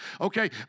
Okay